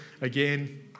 Again